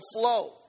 flow